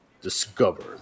Discover